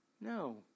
No